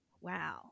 wow